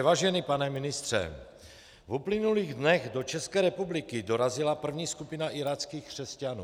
Vážený pane ministře, v uplynulých dnech do České republiky dorazila první skupina iráckých křesťanů.